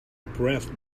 impressed